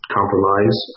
compromise